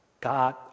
God